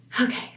Okay